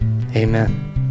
Amen